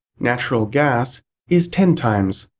natural gas is ten times.